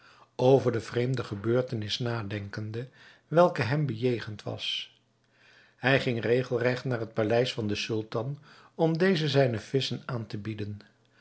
over de vreemde gebeurtenis nadenkende welke hem bejegend was hij ging regelregt naar het paleis van den sultan om dezen zijne visschen aan te bieden